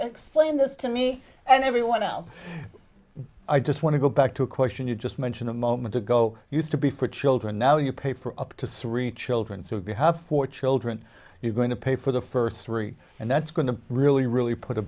explain this to me and everyone else i just want to go back to a question you just mentioned a moment ago used to be for children now you pay for up to three children so if you have four children you're going to pay for the first three and that's going to really really put a